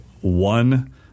one